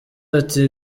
ati